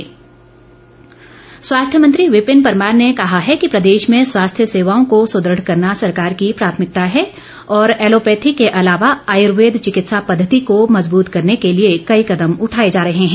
विपिन परमार स्वास्थ्य मंत्री विपिन परमार ने कहा है कि प्रदेश में स्वास्थ्य सेवाओं को सुदृढ़ करना सरकार की प्राथमिकता है और एलोपैथी के अलावा आयूर्वेद चिकित्सा पद्धति को मज़बूत करने के लिए कई कदम उठाए जा रहे हैं